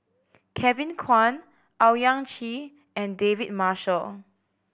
Kevin Kwan Owyang Chi and David Marshall